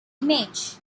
image